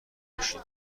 بکشید